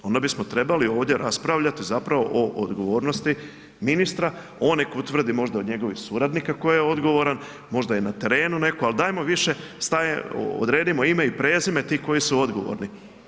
Onda bismo trebali ovdje raspravljati zapravo o odgovornosti ministra, on nek utvrdi možda od njegovih suradnika tko je odgovoran, možda je na terenu netko, al dajmo više odredimo ime i prezime tih koji su odgovorni.